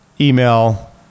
email